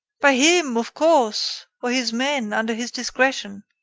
by him, of course, or his men under his discretion.